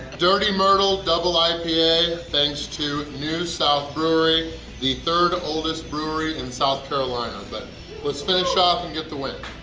dirty myrtle double ipa. thanks to new south brewery the third oldest brewery in south carolina! but let's finish off and get the win!